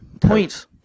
point